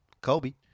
kobe